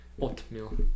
Oatmeal